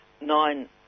nine